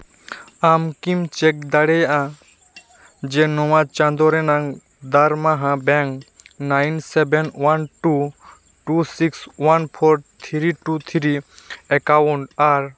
ᱟᱢᱠᱤᱢ check ᱫᱟᱲᱮᱭᱟᱜᱼᱟ ᱡᱮ ᱱᱚᱣᱟ ᱪᱟᱸᱫᱳ ᱨᱮᱱᱟᱝ ᱫᱟᱨᱢᱟᱦᱟ bank nine seven one two two six one four three two three account ᱟᱨ